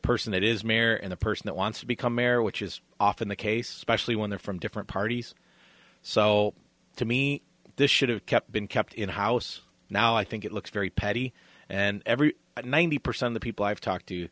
person that is mayor and the person that wants to become air which is often the case actually when they're from different parties so to me this should have kept been kept in house now i think it looks very petty and every ninety percent the people i've talked to